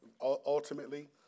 ultimately